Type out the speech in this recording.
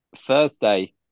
thursday